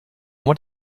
want